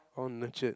or nurtured